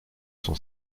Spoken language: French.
son